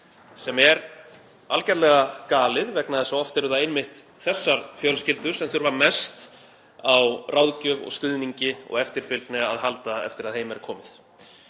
sem er algerlega galið vegna þess að oft eru það einmitt þessar fjölskyldur sem þurfa mest á ráðgjöf og stuðningi og eftirfylgni að halda eftir að heim er komið.